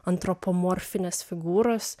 antropomorfinės figūros